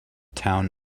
town